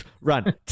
run